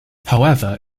however